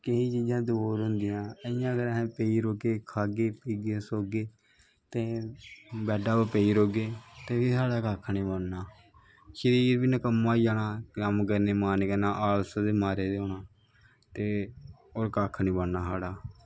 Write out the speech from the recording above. कि जियां दौड़ होंदी ऐ इयां अस पे रौह्गे खाह्गे पीह्गे सौह्गे ते बैड्डा पर पेी रौह्गे ते फिर साढ़ा कक्ख नी बनना शऱीर बी नकम्मा होई जाना कम्म करने दा मन गै नी करना ते होर कक्ख नी बनना साढ़ा